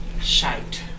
shite